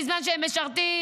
בזמן שהם משרתים,